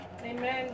amen